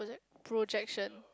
projection